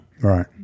Right